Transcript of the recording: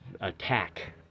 attack